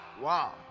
Wow